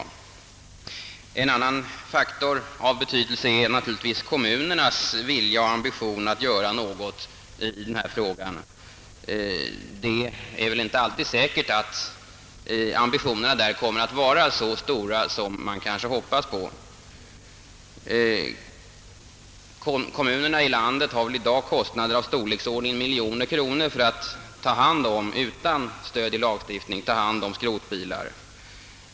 Ytterligare en faktor av betydelse är kommunernas vilja att göra någonting i denna fråga. Det är inte säkert att ambitionerna alltid kommer att vara så stora som man hoppas. Kommunerna i landet har väl i dag kostnader av storleksordningen miljoner kronor för att, för närvarande utan stöd i lagstiftning, ta hand om skrotbilar.